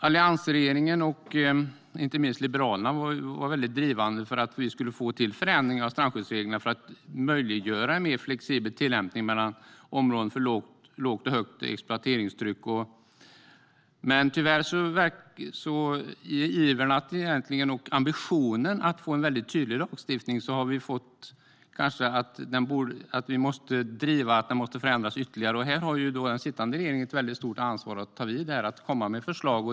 Alliansregeringen och inte minst Liberalerna har varit drivande i att göra förändringar av strandskyddsreglerna för att möjliggöra en mer flexibel tillämpning mellan områden med lågt och högt exploateringstryck. Men vår iver och ambition att få en väldigt tydlig lagstiftning har gjort att vi måste driva att den måste förändras ytterligare. Här har den sittande regeringen ett stort ansvar att ta vid och komma med förslag.